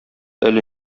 әле